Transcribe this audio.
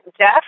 Jeff